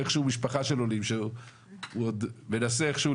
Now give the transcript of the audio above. איכשהו משפחה של עולים שהוא עוד מנסה איכשהו